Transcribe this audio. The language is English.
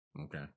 Okay